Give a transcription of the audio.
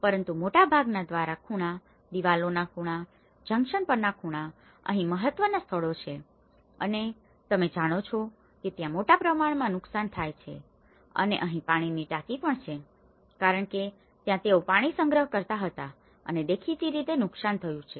પરંતુ મોટા ભાગના દ્વારના ખૂણા દિવાલોના ખૂણા જંકશન પરના ખૂણા અતિ મહત્વના સ્થળો છે અને તમે જાણો છો કે ત્યાં મોટા પ્રમાણમાં નુકસાન થાય છે અને અહી પાણીની ટાંકી પણ છે કારણ કે ત્યાં તેઓ પાણી સંગ્રહ કરતા હતા અને દેખીતી રીતે તેને નુકસાન થયું છે